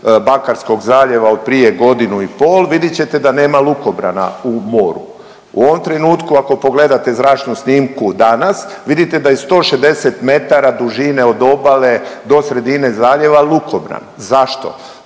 Bakarskog zaljeva od prije godinu i pol vidjet ćete da nema lukobrana u moru. U ovom trenutku ako pogledate zračnu snimku danas vidite da je 160m dužine od obale do sredine zaljeva lukobran. Zašto?